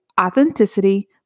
authenticity